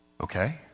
Okay